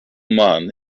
man